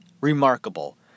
remarkable